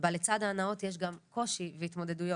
בה לצד ההנאות יש גם קושי והתמודדויות.